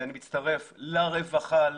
אני מצטרף לרווחה,